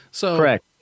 Correct